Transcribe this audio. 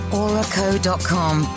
auraco.com